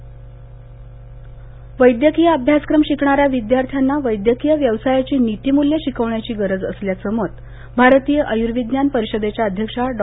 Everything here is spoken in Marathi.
भारतीय आयुर्विज्ञान परिषद वैद्यकीय अभ्यासक्रम शिकणाऱ्या विद्यार्थ्यांना वैद्यकीय व्यवसायाची नीतीमूल्यं शिकविण्याची गरज असल्याचं मत भारतीय आयुर्विज्ञान परिषदेच्या अध्यक्षा डॉ